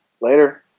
Later